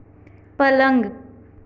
पलंग